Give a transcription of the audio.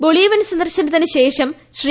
Bolivian സന്ദർശനത്തിന് ശേഷം ശ്രീ